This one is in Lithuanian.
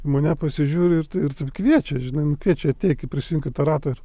į mane pasižiūri ir kviečia žinai nu kviečia ateik prisijunk į tą ratą